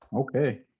Okay